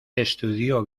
estudió